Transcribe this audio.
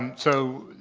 and so,